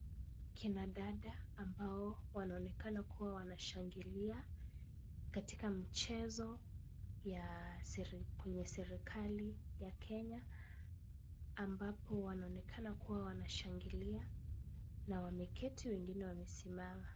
Kina dada ambao wanaonekana kuwa wanashangilia katika mchezo ya kwenye serikali ya Kenya ambapo wanaonekana kuwa wanashangilia na wameketi wengine wamesimama.